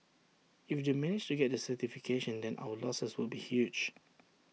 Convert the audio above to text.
if they managed to get the certification then our losses would be huge